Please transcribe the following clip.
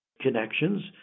connections